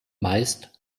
meist